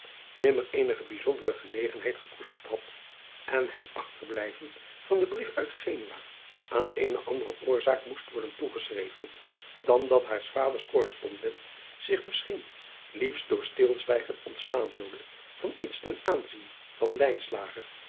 nimmer eenige bijzondere genegenheid gekoesterd had en het achterblijven van den brief uit enua aan eene andere oorzaak moest worden toegeschreven dan dat haars vaders korrespondent zich misschien liefst door stilzwijgen ontslaan wilde van iets ten aanzien van